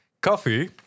coffee